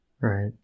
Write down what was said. Right